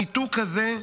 הניתוק הזה,